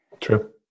True